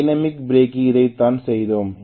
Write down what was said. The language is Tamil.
டைனமிக் பிரேக்கிங்கில் இதைத்தான் செய்தோம்